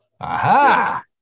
Aha